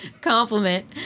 compliment